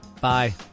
Bye